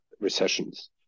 recessions